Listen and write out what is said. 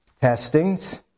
testings